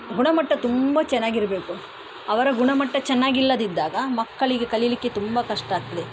ಗುಣಮಟ್ಟ ತುಂಬ ಚೆನ್ನಾಗಿರಬೇಕು ಅವರ ಗುಣಮಟ್ಟ ಚೆನ್ನಾಗಿಲ್ಲಾದಿದ್ದಾಗ ಮಕ್ಕಳಿಗೆ ಕಲೀಲಿಕ್ಕೆ ತುಂಬ ಕಷ್ಟ ಆಗ್ತದೆ